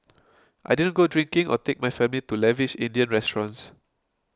I didn't go drinking or take my family to lavish Indian restaurants